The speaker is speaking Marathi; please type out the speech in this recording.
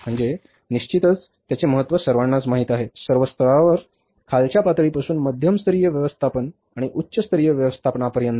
म्हणजे निश्चितच त्याचे महत्त्व सर्वांनाच माहित आहे सर्व स्तरावर खालच्या पातळीपासून मध्यम स्तरीय व्यवस्थापन आणि उच्च स्तरीय व्यवस्थापनापर्यंत